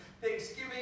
Thanksgiving